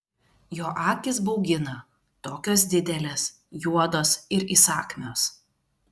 jo akys baugina tokios didelės juodos ir įsakmios